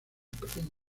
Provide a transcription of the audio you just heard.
pequeños